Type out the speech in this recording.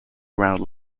ground